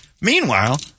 Meanwhile